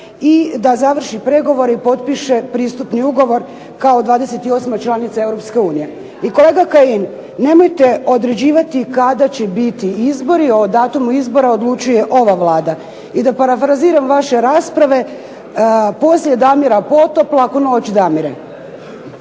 i da završi pregovore i potpiše pristupni ugovor kao 28. članica Europske unije. I kolega Kajin, nemojte određivati kada će biti izbori. O datumu izbora odlučuje ova Vlada! I da parafraziram vaše rasprave, poslije Damira .../Govornica se